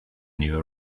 new